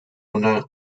una